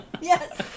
Yes